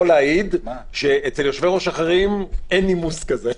להעיד שאצל יושבי-ראש אחרים אין נימוס כזה.